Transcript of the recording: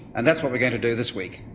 and that's what we're going to do this week.